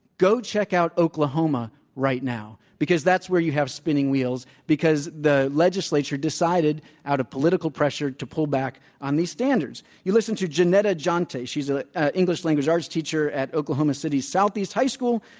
go check out oklahoma right now, because that's where you have spinning wheels, because the legislature decided out of political pressure to pull back on these standards. you listen to jeannetta jante, she's a english language arts teacher at oklahoma city's southeast high school,